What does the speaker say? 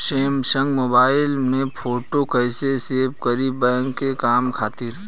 Samsung mobile में photo कैसे save करीं बैंक के काम खातिर?